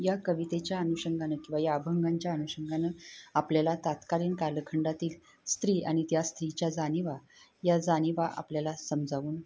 या कवितेच्या अनुषंगानं किंवा या अभंगांच्या अनुषंगानं आपल्याला तात्कालीन कालखंडातील स्त्री आणि त्या स्त्रीच्या जाणीवा या जाणीवा आपल्याला समजावून